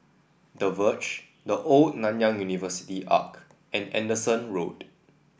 The Verge The Old Nanyang University Arch and Anderson Road